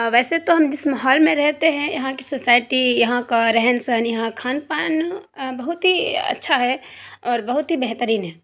ویسے تو ہم جس ماحول میں رہتے ہیں یہاں کی سوسائٹی یہاں کا رہن سہن یہاں کھان پان بہت ہی اچھا ہے اور بہت ہی بہترین ہے